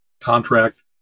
contract